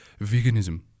veganism